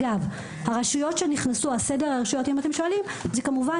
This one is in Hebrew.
אם תשאלו לגבי סדר הרשויות שנכנסו אז זה כמובן